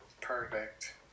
Perfect